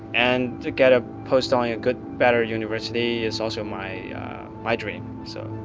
and to get a postdoc a a good, better university is also my my dream. so.